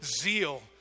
zeal